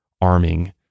arming